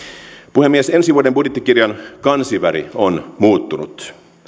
puhemies ensi vuoden budjettikirjan kansiväri on muuttunut